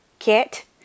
kit